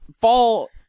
fall